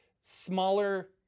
smaller